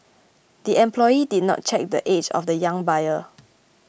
the employee did not check the age of the young buyer